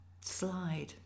slide